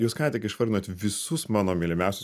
jūs ką tik išvardinot visus mano mylimiausius